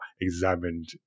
examined